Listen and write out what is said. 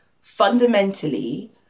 fundamentally